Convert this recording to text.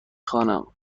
خوانم